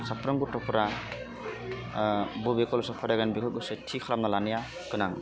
साफ्रोम गथ'फ्रा बबे कलेजाव फरायगोन बेखौ गोसो थि खालामना लानाया गोनां